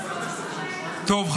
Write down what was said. טוב,